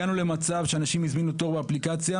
הגענו למצב שאנשים הזמינו תור באפליקציה,